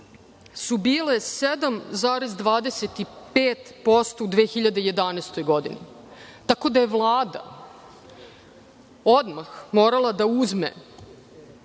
su bile 7,25% u 2011. godini. Tako da je Vlada odmah morala da uzme